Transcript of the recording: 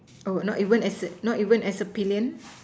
oh not even as a not even as a pillion